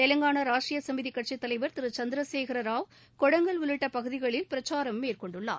தெலங்கானா ராஷ்ட்ரிய சமிதி கட்சித்தலைவர் திரு சந்திரசேகர ராவ் கொடங்கள் உள்ளிட்ட பகுதிகளில் பிரச்சாரம் மேற்கொண்டுள்ளார்